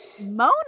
Mona